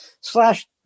Slash